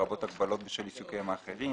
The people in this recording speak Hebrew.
לרבות הגבלות בשל עיסוקיהם האחרים.